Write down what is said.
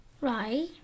Right